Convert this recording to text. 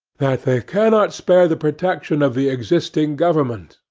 that they cannot spare the protection of the existing government,